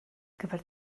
gyfer